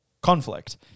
conflict